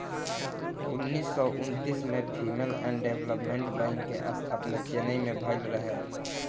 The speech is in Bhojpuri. उन्नीस सौ उन्तीस में फीमेल एंड डेवलपमेंट बैंक के स्थापना चेन्नई में भईल रहे